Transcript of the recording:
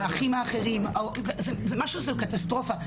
זו קטסטרופה,